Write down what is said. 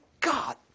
God